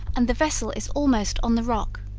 and the vessel is almost on the rock